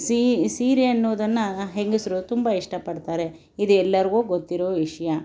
sea ಸೀರೆ ಅನ್ನೋದನ್ನು ಹೆಂಗಸರು ತುಂಬ ಇಷ್ಟಪಡ್ತಾರೆ ಇದು ಎಲ್ಲರಿಗೂ ಗೊತ್ತಿರೋ ವಿಷಯ